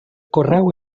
correu